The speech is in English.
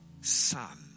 son